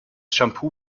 shampoo